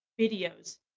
videos